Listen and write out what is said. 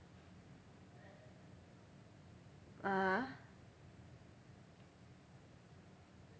(uh huh)